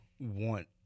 Want